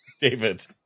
David